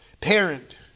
parent